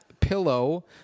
pillow